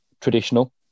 traditional